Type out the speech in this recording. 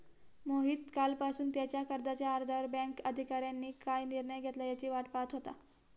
मोहित कालपासून त्याच्या कर्जाच्या अर्जावर बँक अधिकाऱ्यांनी काय निर्णय घेतला याची वाट पाहत होता